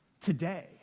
today